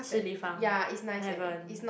Shi-Li-Fang haven't